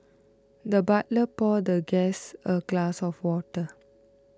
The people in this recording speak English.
the butler poured the guest a glass of water